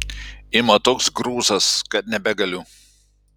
ima toks grūzas kad nebegaliu